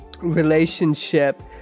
relationship